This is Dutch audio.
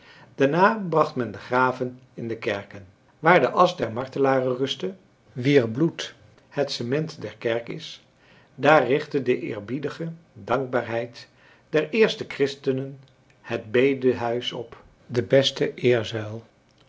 daarna bracht men de graven in de kerken waar de asch der martelaren rustte wier bloed het cement der kerk is daar richtte de eerbiedige dankbaarheid der eerste christenen het bedehuis op de beste